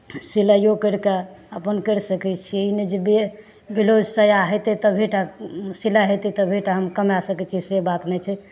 सिलाइयो करि कऽ अपन करि सकैत छियै ई नहि जे बे बेलोज साया होयतै तभे टा सिलाइ होयतै तभे टा हम कमाए सकैत छियै से बात नहि छै